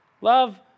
Love